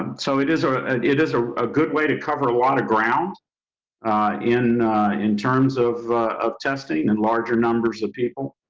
um so it is. ah it is ah a good way to cover a lot of ground in in terms of of testing and larger numbers of people.